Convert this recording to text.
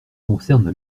concernent